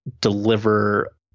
deliver